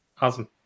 Awesome